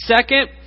Second